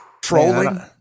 Trolling